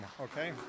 okay